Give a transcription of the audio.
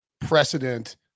precedent